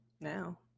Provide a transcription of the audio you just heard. now